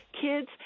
kids